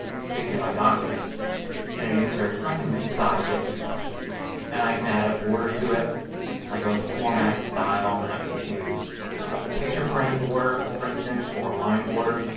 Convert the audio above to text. stick it in my document and it inserts. and i can resize it and i can add a border to it by going to format, style, and then i can choose a picture frame border, for instance, or a line border.